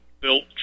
built